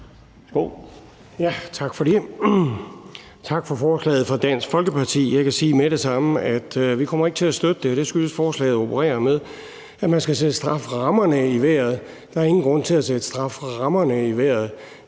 Tak for det, og tak for forslaget fra Dansk Folkeparti. Jeg kan sige med det samme, at vi ikke kommer til at støtte det, og det skyldes, at forslaget opererer med, at man skal sætte strafferammerne i vejret. Der er ingen grund til at sætte strafferammerne i vejret,